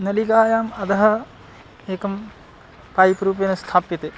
नलिकायाम् अधः एकं पय्प्रूपेन स्थाप्यते